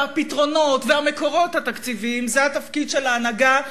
והפתרונות והמקורות התקציביים זה התפקיד של ההנהגה,